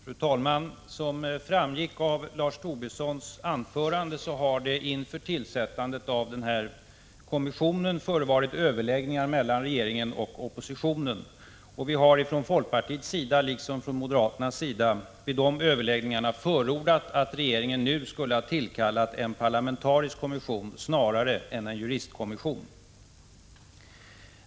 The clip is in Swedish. Prot. 1985 4 3 SR DEE regeringsbeslut Vi har från folkpartiets och moderaternas sida vid dessa överläggningar BETRE förordat att regeringen redan nu skulle tillkalla en parlamentarisk kommission snarare än en juristkommission.